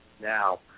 Now